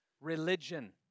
religion